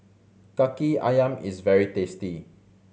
Kaki Ayam is very tasty